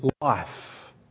life